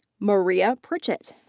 maria pritchett.